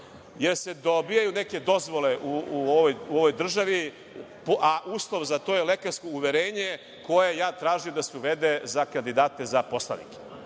jer se dobijaju neke dozvole u ovoj državi, a uslov za to je lekarsko uverenje koje ja tražim da se uvede za kandidate za poslanike.